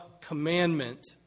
commandment